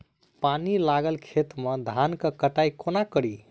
पानि लागल खेत मे धान केँ कटाई कोना कड़ी?